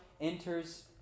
enters